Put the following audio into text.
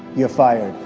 you're fired